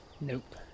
Nope